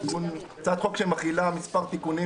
הצעת חוק שמכילה מספר תיקונים